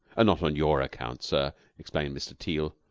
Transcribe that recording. not on your account, sir, explained mr. teal.